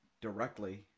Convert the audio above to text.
directly